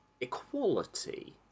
equality